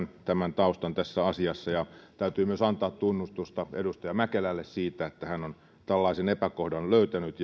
taustan tässä asiassa täytyy myös antaa tunnustusta edustaja mäkelälle siitä että hän on tällaisen epäkohdan löytänyt